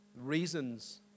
reasons